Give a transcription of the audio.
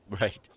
Right